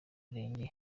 mirenge